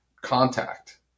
contact